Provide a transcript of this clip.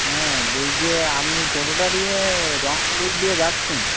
হ্যাঁ বলি যে আপনি টোটোটা নিয়ে রং রুট দিয়ে যাচ্ছেন